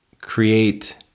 create